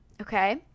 okay